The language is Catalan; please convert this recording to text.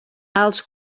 als